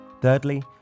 Thirdly